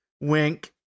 Wink